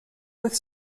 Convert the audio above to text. with